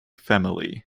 family